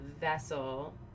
vessel